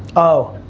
oh,